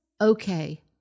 okay